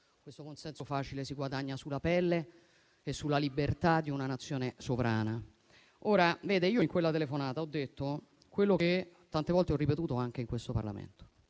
questo consenso facile si guadagna sulla pelle e sulla libertà di una Nazione sovrana. In quella telefonata ho detto quello che tante volte ho ripetuto anche in questo Parlamento.